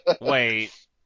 Wait